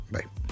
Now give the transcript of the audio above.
Bye